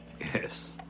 Yes